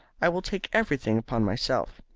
i will take everything upon myself.